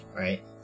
right